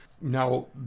Now